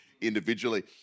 individually